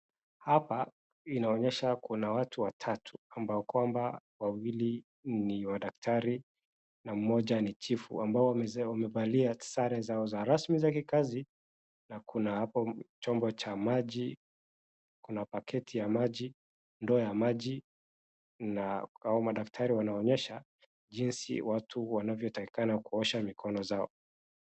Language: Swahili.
Hapa inaonyesha kuna watu watatu, ambao kwamba wanaonyesha wawili ni wadaktari na mmoja n chifu, ambao wamevalia sare zao za rasmi za kikazi, na kuna hapo chombo cha maji, na kuna bucket ndoo ya maji, na hao madaktari wanaonyesha jinsi wanavyotakikana kuosha mikono zao.